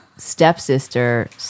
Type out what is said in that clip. stepsister